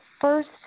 first